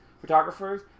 photographers